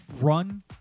run